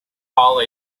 call